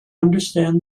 understand